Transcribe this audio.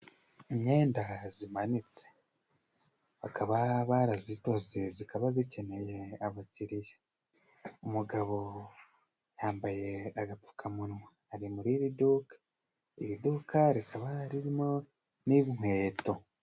Imyenda zimanitse bakaba barazidoze zikaba zikeneye abakiriya, umugabo yambaye agapfukamunwa ari muri iri duka, iri duka rikaba ririmo n'inkweto.